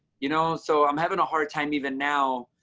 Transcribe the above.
you know, so i'm having a hard time even now.